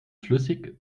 flüssig